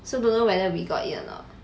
so don't know whether we got it or not